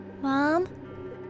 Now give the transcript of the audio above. Mom